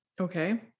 Okay